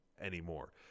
anymore